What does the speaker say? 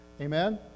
Amen